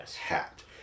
hat